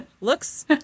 Looks